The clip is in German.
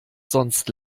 sonst